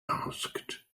asked